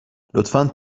لطفا